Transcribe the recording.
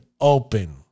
open